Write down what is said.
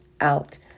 out